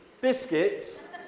Biscuits